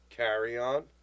carry-on